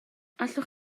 allwch